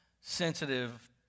sensitive